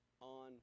on